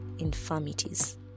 infirmities